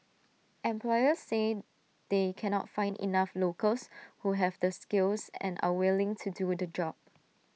employers say they cannot find enough locals who have the skills and are willing to do the jobs